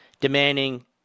demanding